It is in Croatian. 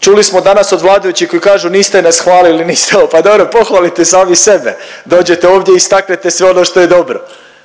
Čuli smo danas od vladajućih koji kažu niste nas hvalili, niste ovo, pa dobro pohvalite sami sebe, dođete ovdje i istaknete sve ono što je dobro